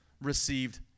received